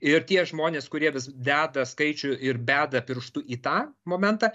ir tie žmonės kurie vis deda skaičių ir beda pirštu į tą momentą